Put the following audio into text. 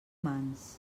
mans